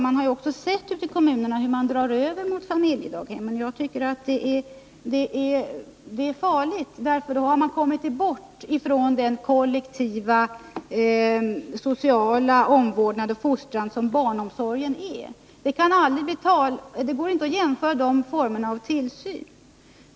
Vi har också sett hur man ute i kommunerna går över till familjedaghem. Det är farligt, för då har man kommit bort från den kollektiva, sociala omvårdnad och fostran som barnomsorgen är. Det går inte att jämföra de här formerna av tillsyn.